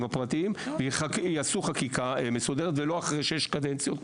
הפרטיים ויעשו חקיקה מסודרת ולא אחרי שש קדנציות,